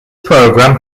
program